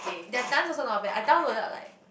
their dance also not bad I downloaded like